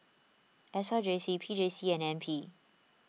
S R J C P J C and N P